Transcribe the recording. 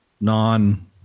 non